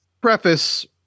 preface